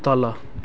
तल